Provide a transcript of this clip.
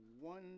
one